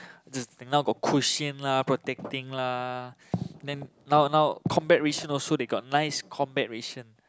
just now got cushion lah protecting lah then now now combat ration also got nice combat ration